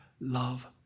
Love